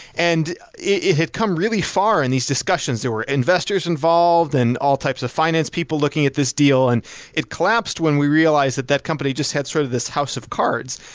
and it had come really far in these discussions. there were investors involved and all types of finance people looking at this deal and it collapsed when we realized that that company just had sort of this house of cards.